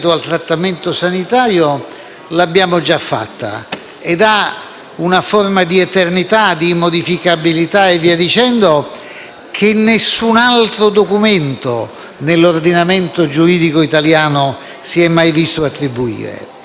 che nessun'altro documento nell'ordinamento giuridico italiano si è mai visto attribuire. E c'è la preoccupazione di ribadire come si possa andare anche da un notaio.